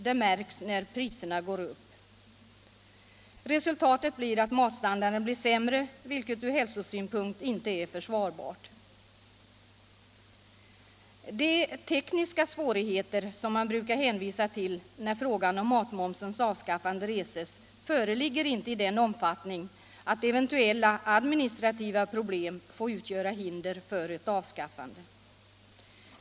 Det märks när priserna går upp. Resultatet blir att matstandarden blir sämre, vilket ur hälsosynpunkt inte är försvarbart. De tekniska svårigheter som man brukar hänvisa till när frågan om matmomsens avskaffande reses föreligger inte i den omfattningen att eventuella administrativa problem får utgöra hinder för ett avskaffande.